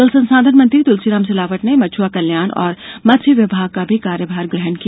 जल संसाधन मंत्री तुलसीराम सिलावट ने मछ्आ कल्याण और मत्स्य विकास विभाग का भी कार्यभार ग्रहण किया